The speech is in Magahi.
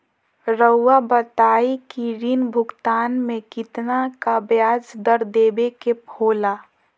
रहुआ बताइं कि ऋण भुगतान में कितना का ब्याज दर देवें के होला?